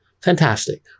Fantastic